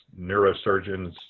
neurosurgeons